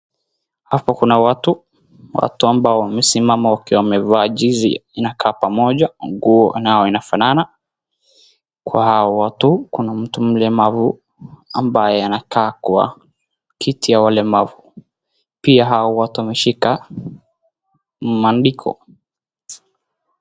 Hapo kuna watu, watu ambao wamesimama wakiwa wamevaa jezi inakaa pamoja, nguo inayoinafanana. Kwa hawa watu kuna mtu mlemavu ambaye anakaa kwa kiti ya walemavu. Pia hao watu wameshika maandiko.